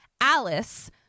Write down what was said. Alice